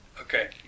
Okay